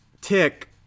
Tick